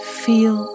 feel